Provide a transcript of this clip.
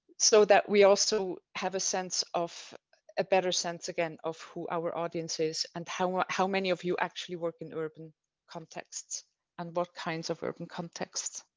so that we also have a sense of a better sense, again, of who our audience is and how how many of you actually work in urban contexts and what kinds of urban contexts.